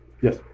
Yes